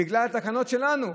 בגלל התקנות שלנו,